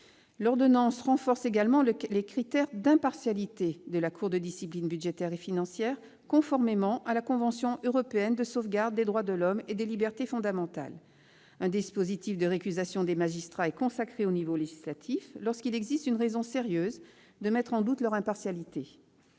L'ordonnance renforce également les critères d'impartialité de la Cour de discipline budgétaire et financière conformément à la convention européenne de sauvegarde des droits de l'homme et des libertés fondamentales. Un dispositif de récusation des magistrats est consacré au niveau législatif, lorsqu'il existe une raison sérieuse de mettre en doute leur impartialité.